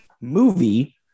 movie